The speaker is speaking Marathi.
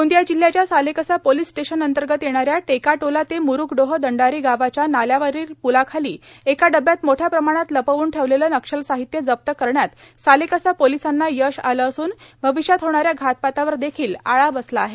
गोंदिया जिल्याच्या सालेकसा पोलीस स्टेशन अंतर्गत येणाऱ्या टेकाटोला ते म्रुकडोह दंडारी गावाच्या नाल्यावरील पुलाखाली एका डब्यात मोठ्या प्रमाणात लपवून ठेवलेल नक्षल साहित्य जप्त करण्यात सालेकसा पोलिसांना यश आले असून भविष्यात होणाऱ्या घातपातावर देखील आळा बसला आहे